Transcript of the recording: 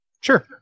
sure